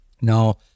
Now